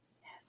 Yes